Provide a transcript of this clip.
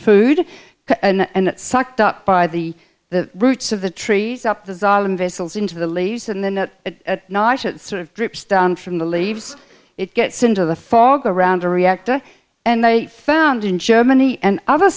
food and it sucked up by the the roots of the trees up dissolved in vessels into the leaves and then that sort of drips down from the leaves it gets into the foreground a reactor and they found in germany and other